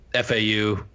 FAU